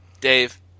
Dave